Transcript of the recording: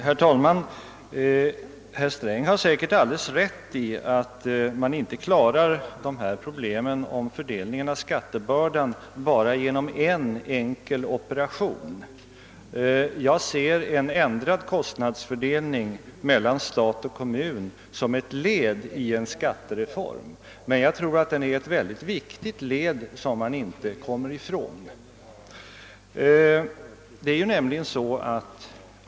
Herr talman! Herr Sträng har säkerligen alldeles rätt i att man inte klarar dessa problem om fördelningen av skattebördan bara genom en enkel operation. Jag ser en ändrad kostnadsfördelning mellan stat och kommun som ett led i en skattereform, men jag tror att den är ett mycket viktigt led, som man inte kommer ifrån.